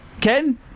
Ken